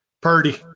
Purdy